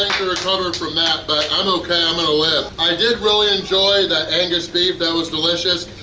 to recover from that, but i'm okay! i'm gonna live! i did really enjoy that angus beef! that was delicious!